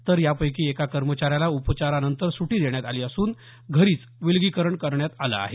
तर यापैकी एका कर्मचाऱ्याला उपचारानंतर सुटी देण्यात आली असून घरीच विलगीकरण करण्यात आलं आहे